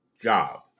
job